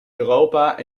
europa